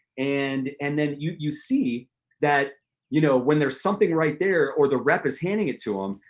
and and then, you you see that you know when there's something right there or the rep is handing it to em,